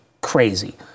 crazy